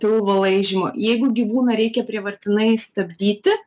pilvo laižymo jeigu gyvūną reikia prievartinai stabdyti